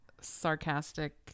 sarcastic